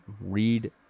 read